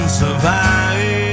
survive